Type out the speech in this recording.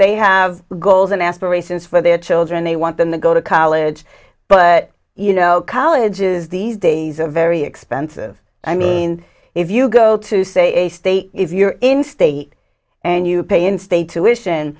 they have goals and aspirations for their children they want them to go to college but you know colleges these days a very expensive i mean if you go to say a state if you're in state and you pay in state tuition